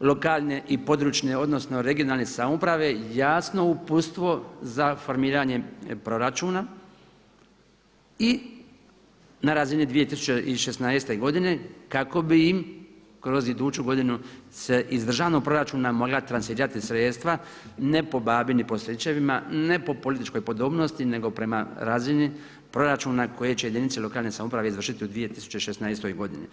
lokalne i područne, odnosno regionalne samouprave jasno uputstvo za formiranje proračuna i na razini 2016. godine kako bi im kroz iduću godinu se iz državnog proračuna mogla tranferirati sredstva ne po babi, ni po stričevima, ne po političkoj podobnosti nego prema razini proračuna koje će jedinice lokalne samouprave izvršiti u 2016. godini.